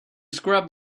scrub